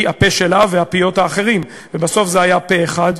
הפה שלה והפיות האחרים, ובסוף זה היה פה-אחד.